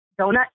donut